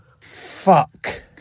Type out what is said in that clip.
Fuck